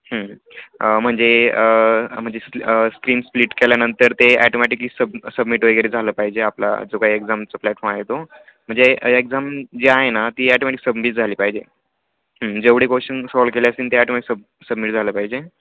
म्हणजे म्हणजे स् स्क्रीन स्प्लिट केल्यानंतर ते ॲटोमॅटिकली सब सबमिट वगैरे झालं पाहिजे आपला जो काही एक्झामचा प्लॅटफॉर्म आहे तो म्हणजे एक्झाम जी आहे ना ती ॲटोमॅटिक सबमिट झाली पाहिजे जेवढे क्वश्चन सॉल्व केले असतील ते ॲटोमॅटिक सबमिट झालं पाहिजे